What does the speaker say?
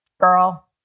Girl